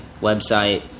Website